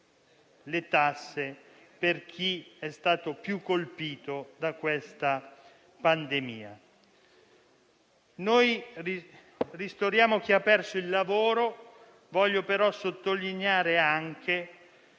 le tasse per chi è stato più colpito da questa pandemia. Noi ristoriamo chi ha perso il lavoro, però vorrei anche